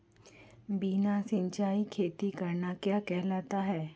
बिना सिंचाई खेती करना क्या कहलाता है?